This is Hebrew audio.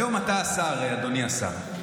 היום אתה השר, אדוני השר.